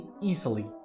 easily